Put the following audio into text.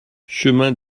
chemin